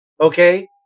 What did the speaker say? Okay